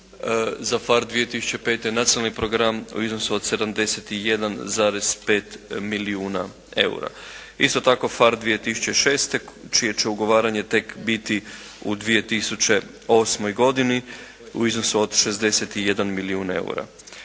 za PHARE 2005. nacionalni program u iznosu od 71,5 milijuna eura. Isto tako PHARE 2006. čije će ugovaranje tek biti u 2008. godini, u iznosu od 61 milijun eura.